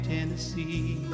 Tennessee